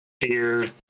fear